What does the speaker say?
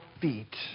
feet